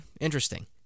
Interesting